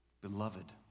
beloved